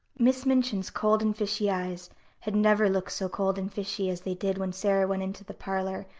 miss minchin's cold and fishy eyes had never looked so cold and fishy as they did when sara went into the parlor,